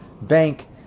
bank